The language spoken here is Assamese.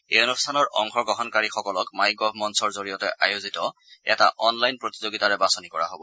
এই অনুষ্ঠানৰ অংশগ্ৰহণকাৰীসকলক মাইগ'ভ মঞ্চৰ মাধ্যমেৰে আয়োজিত এটা অনলাইন প্ৰতিযোগিতাৰে বাঁচনি কৰা হ'ব